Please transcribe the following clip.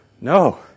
No